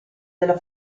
della